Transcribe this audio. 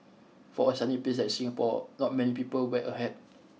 for a sunny place Singapore not many people wear a hat